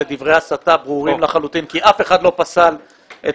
אלה דברי הסתה ברורים לחלוטין כי אף אחד לא פסל את